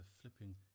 flipping